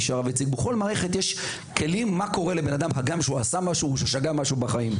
יש הנחיות של מה לעשות עם אדם ששגה ועבר עבירה בחייו.